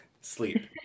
sleep